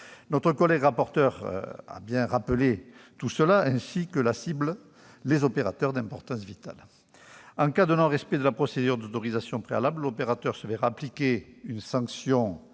Notre collègue rapporteur a bien rappelé tout cela, ainsi que la cible, à savoir les opérateurs d'importance vitale. En cas de non-respect de la procédure d'autorisation préalable, l'opérateur se verra appliquer une sanction